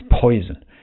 poison